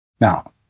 Now